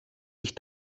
ich